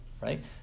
right